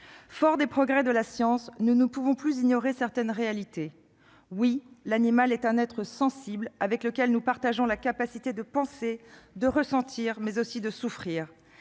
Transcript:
Forts des progrès de la science, nous ne pouvons plus ignorer certaines réalités. Oui, l'animal est un être sensible avec lequel nous partageons la capacité de penser et de ressentir, mais aussi de souffrir.